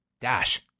Dash